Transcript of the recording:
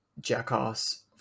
Jackass